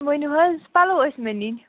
ؤنِو حظ پَلو ٲسۍ مےٚ نِنۍ